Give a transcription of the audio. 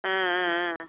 ஆ ஆ ஆ